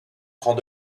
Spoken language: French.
prend